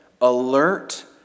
alert